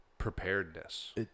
Preparedness